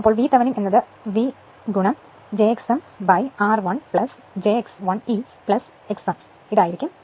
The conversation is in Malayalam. അതിനാൽ VThevenin എന്നത് v j x mr1 j x1e x m എന്നാകും